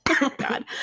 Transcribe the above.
god